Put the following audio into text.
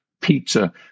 pizza